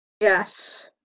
Yes